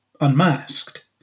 unmasked